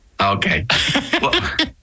Okay